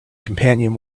companion